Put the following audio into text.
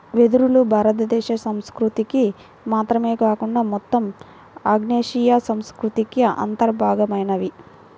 వెదురులు భారతదేశ సంస్కృతికి మాత్రమే కాకుండా మొత్తం ఆగ్నేయాసియా సంస్కృతికి అంతర్భాగమైనవి